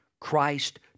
Christ